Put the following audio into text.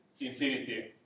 infinity